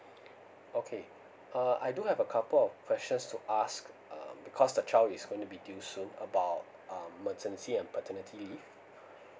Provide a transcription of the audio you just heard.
okay uh I do have a couple of questions to ask uh because the child is gonna be due soon about uh maternity leave and paternity leave